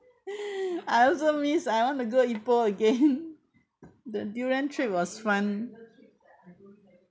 I also miss I want to go ipoh again the durian trip was fun